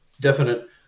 definite